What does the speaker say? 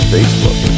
Facebook